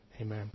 amen